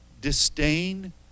disdain